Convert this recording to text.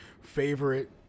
favorite